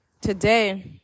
today